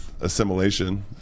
assimilation